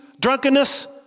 drunkenness